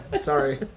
Sorry